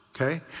okay